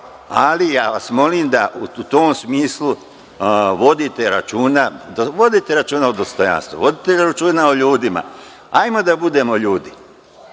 ali ja vas molim da u tom smislu vodite računa o dostojanstvu, vodite računa o ljudima. Hajde da budemo ljudi.